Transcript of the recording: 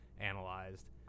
analyzed